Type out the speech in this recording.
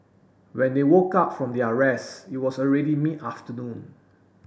when they woke up from their rest it was already mid afternoon